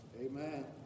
Amen